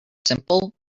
simple